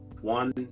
one